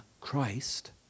Christ